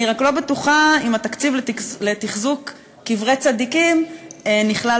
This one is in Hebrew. אני רק לא בטוחה אם התקציב לתחזוק קברי צדיקים נכלל